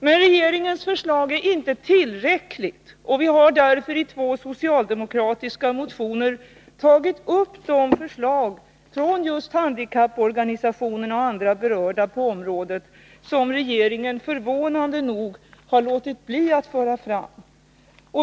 Men regeringens förslag är inte tillräckligt, och vi har därför i två socialdemokratiska motioner tagit upp de förslag från just handikapporganisationerna och andra berörda på området som regeringen förvånande nog harlåtit bli att föra fram.